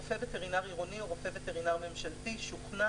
רופא וטרינר עירוני או רופא וטרינר ממשלתי שוכנע,